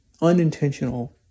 unintentional